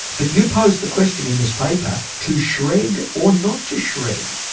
but you posed the question in this paper to shred or not to shred?